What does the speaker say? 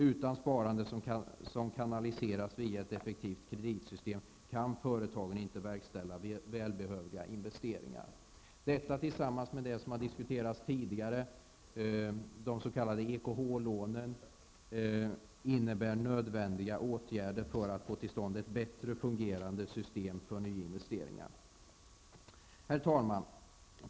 Utan sparande som kanaliseras via ett effektivt kreditsystem kan företagen inte verkställa väl behövliga investeringar. Detta tillsammans med det som diskuterats tidigare, de s.k. EKH-lånen, innebär nödvändiga åtgärder för att få till stånd ett bättre fungerande system för nyinvesteringar. Herr talman!